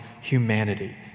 humanity